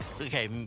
Okay